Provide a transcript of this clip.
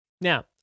now